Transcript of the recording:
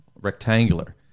rectangular